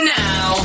now